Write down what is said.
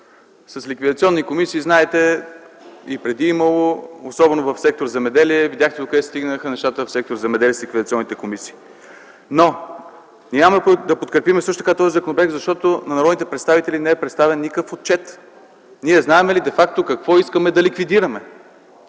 С ликвидационни комисии знаете – и преди е имало, особено в сектор „Земеделие”, видяхте докъде стигнаха нещата в сектор „Земеделие” с ликвидационните комисии. Но няма да подкрепим също така този законопроект, защото на народните представители не е представен никакъв отчет. Ние знаем ли де факто какво искаме да ликвидираме?